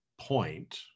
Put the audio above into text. point